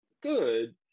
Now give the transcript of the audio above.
good